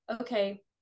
okay